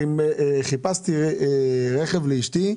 חיפשתי רכב לאשתי.